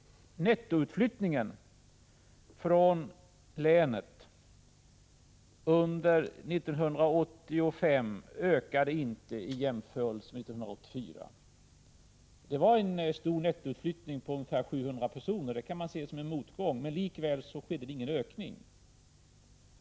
Nettoutflyttningen från länet har under 1985 inte ökat i jämförelse med 1984. Det var en stor nettoutflyttning på ungefär 700 personer — det kan man se som en motgång. Men likväl skedde ingen ökning.